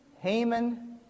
Haman